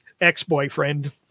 ex-boyfriend